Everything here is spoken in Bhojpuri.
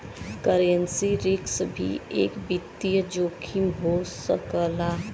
करेंसी रिस्क भी एक वित्तीय जोखिम हो सकला